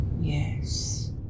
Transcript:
Yes